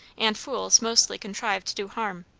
and fools mostly contrive to do harm.